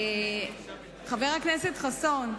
חבר הכנסת חסון,